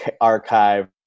archive